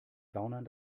gaunern